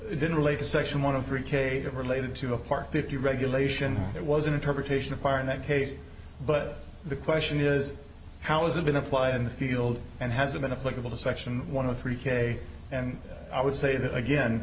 it didn't relate to section one of three qaeda related to a park fifty regulation there was an interpretation of fire in that case but the question is how has it been applied in the field and has it been a political to section one of three k and i would say that again